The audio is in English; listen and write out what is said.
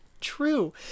True